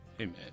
Amen